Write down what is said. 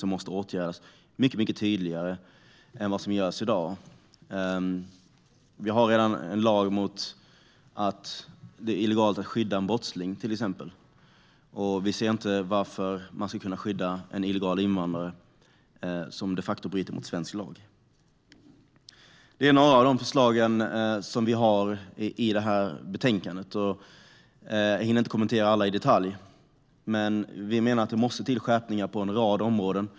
Det måste vara mycket tydligare än i dag. Det finns redan en lag som innebär att det är illegalt att skydda en brottsling. Vi ser inte varför man ska kunna skydda en illegal invandrare, som de facto bryter mot svensk lag. Detta är några av de förslag vi har i det här betänkandet. Jag hinner inte kommentera alla i detalj. Vi menar att det måste ske skärpningar på en rad områden.